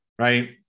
right